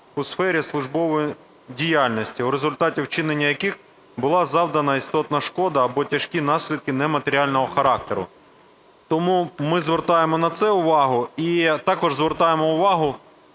у сфері службової діяльності, в результаті вчинення яких була завдана істотна шкода або тяжкі наслідки нематеріального характеру. Тому ми звертаємо на це увагу. І також звертаємо увагу